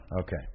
Okay